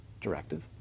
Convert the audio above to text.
directive